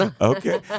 Okay